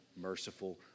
merciful